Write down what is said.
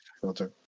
Filter